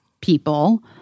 people